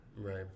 right